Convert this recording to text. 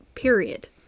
Period